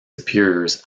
superiors